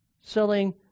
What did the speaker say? selling